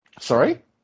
Sorry